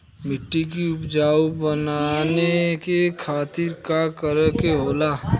मिट्टी की उपजाऊ बनाने के खातिर का करके होखेला?